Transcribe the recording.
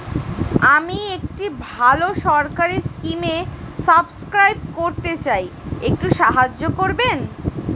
আমি একটি ভালো সরকারি স্কিমে সাব্সক্রাইব করতে চাই, একটু সাহায্য করবেন?